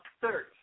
search